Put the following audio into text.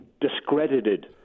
discredited